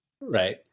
right